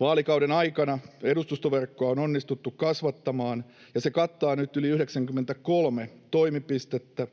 Vaalikauden aikana edustustoverkkoa on onnistuttu kasvattamaan, ja se kattaa nyt yli 93 toimipistettä